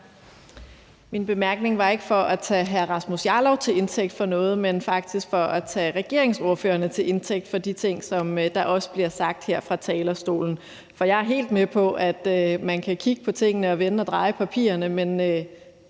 Min bemærkning var ikke for at tage hr. Rasmus Jarlov til indtægt for noget, men faktisk for at tage regeringsordførerne til indtægt for de ting, som også bliver sagt her fra talerstolen. For jeg er helt med på, at man kan kigge på tingene, vende og dreje papirerne, men